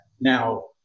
now